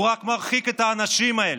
הוא רק מרחיק את האנשים האלה,